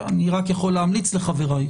אני רק יכול להמליץ לחבריי,